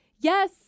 yes